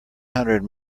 hundred